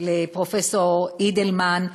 לפרופסור אידלמן,